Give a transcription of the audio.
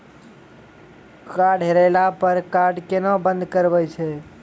Card हेरैला पर card केना बंद करबै छै?